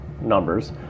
numbers